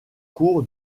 cour